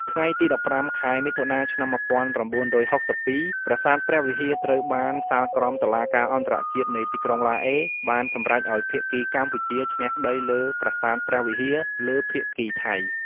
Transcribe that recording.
ថ្ងៃទី១៥ ខែមិថុនា ឆ្នាំ១៩៦២ ប្រាសាទព្រះវិហារត្រូវបានសាលក្រមតុលាការអន្តរជាតិនៃទីក្រុងឡាអេ បានសម្រេចឱ្យភាគីកម្ពុជាឈ្នះក្តីលើប្រាសាទព្រះវិហារ លើភាគីថៃ។